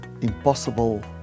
Impossible